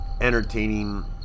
entertaining